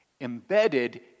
embedded